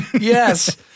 Yes